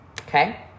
Okay